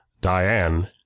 Diane